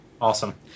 Awesome